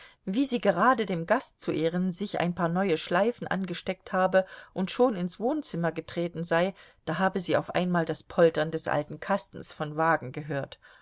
wie sie gerade dem gast zu ehren sich ein paar neue schleifen angesteckt habe und schon ins wohnzimmer getreten sei da habe sie auf einmal das poltern des alten kastens von wagen gehört